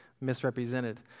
misrepresented